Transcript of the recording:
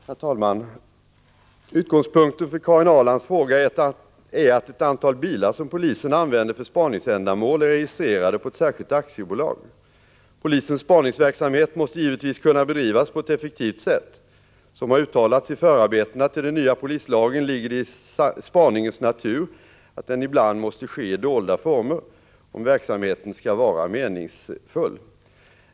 Herr talman! Utgångspunkten för Karin Ahrlands fråga är att ett antal bilar som polisen använder för spaningsändamål är registrerade på ett särskilt aktiebolag. Polisens spaningsverksamhet måste givetvis kunna bedrivas på ett effektivt sätt. Som har uttalats i förarbetena till den nya polislagen ligger det i spaningens natur att den ibland måste ske i dolda former, om verksamheten skall vara meningsfull.